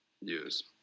use